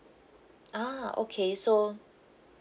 ah okay so